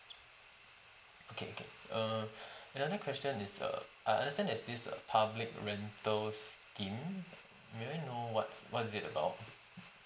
okay okay err another question is err I understand there's this uh public rentals scheme may I know what's what is it about